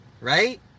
right